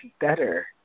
better